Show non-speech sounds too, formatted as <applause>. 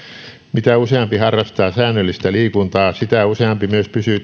mitä useampi harrastaa säännöllistä liikuntaa sitä useampi myös pysyy <unintelligible>